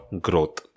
growth